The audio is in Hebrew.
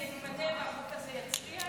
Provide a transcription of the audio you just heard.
והלוואי שאני אתבדה והחוק הזה יצליח.